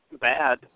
bad